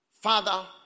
Father